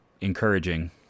encouraging